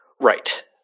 Right